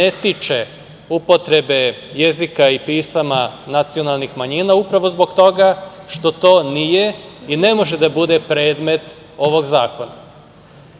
ne tiče upotrebe jezika i pisama nacionalnih manjina upravo zbog toga što to nije i ne može da bude predmet ovog zakona. Pravo